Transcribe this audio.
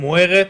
מוארת.